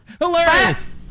Hilarious